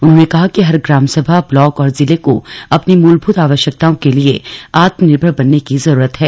उन्होंने कहा कि हर ग्रामसभा ब्लॉक और जिले को अपनी मूलभूत आवश्यकताओं के लिए आत्मनिर्भर बनने की जरूरत है